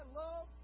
love